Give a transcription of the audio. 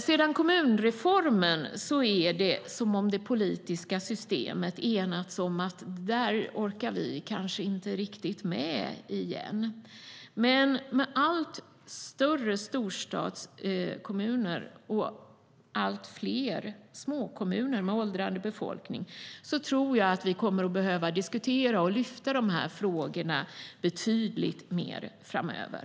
Sedan kommunreformen är det som om det politiska systemet enats om att man kanske inte riktigt orkar med detta igen. Men med allt större storstadskommuner och allt fler småkommuner med åldrande befolkning tror jag att vi kommer att behöva diskutera de här frågorna betydligt mer framöver.